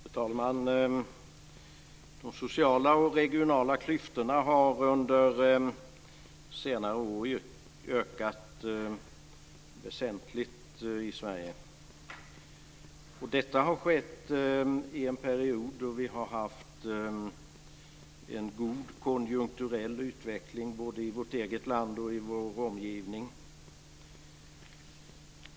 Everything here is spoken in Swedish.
Fru talman! De sociala och regionala klyftorna har ökat väsentligt i Sverige under senare år. Detta har skett i en period då vi har haft en god konjunkturell utveckling både i vårt eget land och i vår omgivning.